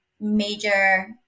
major